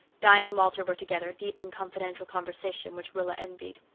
di and walter were together, deep in confidential conversation which rilla envied.